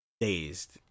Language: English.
dazed